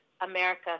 America